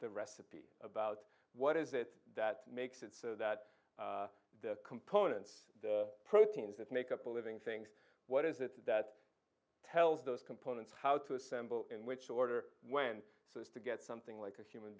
the recipe about what is it that makes it so that the components the proteins that make up a living things what is it that tells those components how to assemble in which order when so as to get something like a human